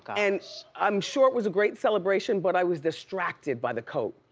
and i'm sure it was a great celebration, but i was distracted by the coat,